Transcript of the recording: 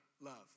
love